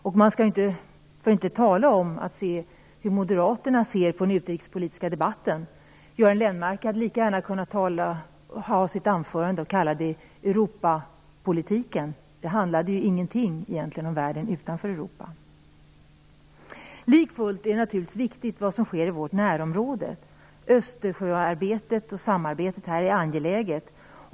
Vi skall bara inte tala om Moderaternas syn på den utrikespolitiska debatten. Göran Lennmarker hade lika gärna kunnat hålla sitt anförande under rubriken Europapolitiken, för det handlade ju egentligen ingenting om världen utanför Europa. Likafullt är det naturligtvis viktigt vad som sker i vårt närområde. Samarbetet om Östersjöfrågorna är angeläget.